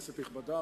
כנסת נכבדה,